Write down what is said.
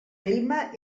clima